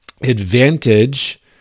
advantage